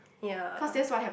ya